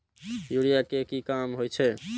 Urea के की काम होई छै?